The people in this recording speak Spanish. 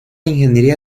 ingeniería